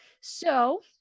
So-